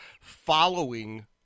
following